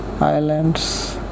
islands